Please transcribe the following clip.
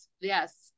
yes